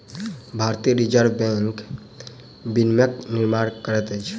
भारतीय Reserve Bank बैंकक विनियमक निर्माण करैत अछि